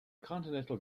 continental